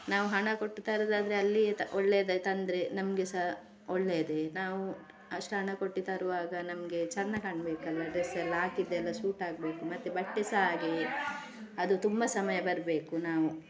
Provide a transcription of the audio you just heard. ನಾವು ಹಣ ಕೊಟ್ಟು ತರೋದಾದ್ರೆ ಅಲ್ಲಿಯೇ ತ ಒಳ್ಳೆದೆ ತಂದರೆ ನಮಗೆ ಸಹ ಒಳ್ಳೆಯದೆ ನಾವು ಅಷ್ಟು ಹಣ ಕೊಟ್ಟು ತರುವಾಗ ನಮಗೆ ಚೆಂದ ಕಾಣಬೇಕಲ್ಲ ಡ್ರೆಸ್ ಎಲ್ಲ ಹಾಕಿದ್ದೆಲ್ಲ ಸೂಟ್ ಆಗಬೇಕು ಮತ್ತೆ ಬಟ್ಟೆ ಸಹ ಹಾಗೆಯೇ ಅದು ತುಂಬ ಸಮಯ ಬರಬೇಕು ನಾವು